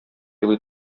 елый